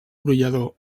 brollador